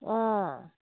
অঁ